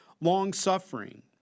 long-suffering